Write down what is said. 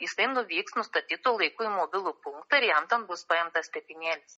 jisai nuvyks nustatytu laiku į mobilų punktą ir jam bus paimtas tepinėlis